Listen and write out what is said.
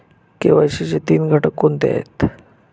KYC चे तीन घटक कोणते आहेत?